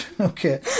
Okay